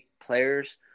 players